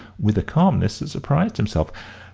with a calmness that surprised himself.